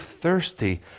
thirsty